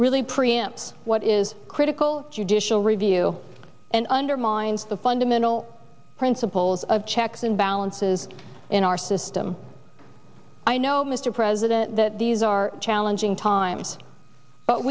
amps what is critical judicial review and undermines the fundamental principles of checks and balances in our system i know mr president that these are challenging times but